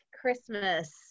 Christmas